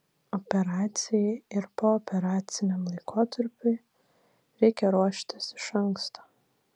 operacijai ir pooperaciniam laikotarpiui reikia ruoštis iš anksto